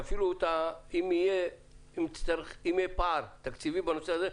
שאפילו אם יהיה פער תקציבי בנושא הזה,